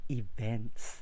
events